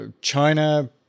China